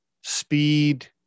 speed